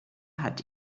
hat